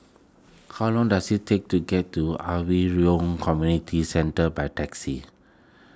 how long does it take to get to Yoh Community Centre by taxi